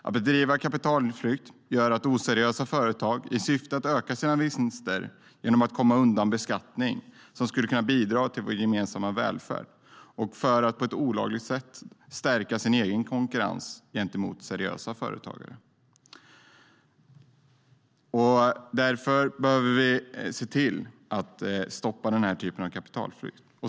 Oseriösa företagare bedriver kapitalflykt i syfte att öka sina vinster genom att komma undan beskattning, som skulle kunna bidra till vår gemensamma välfärd, och för att på ett olagligt sätt stärka sin konkurrens gentemot seriösa företagare. Därför behöver vi se till att stoppa denna typ av kapitalflykt.